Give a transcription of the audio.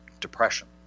depression